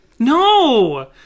No